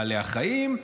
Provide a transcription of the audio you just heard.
בעלי החיים,